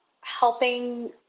helping